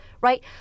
right